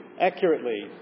accurately